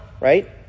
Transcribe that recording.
right